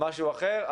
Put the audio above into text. משהו אחר,